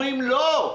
אומרות: לא,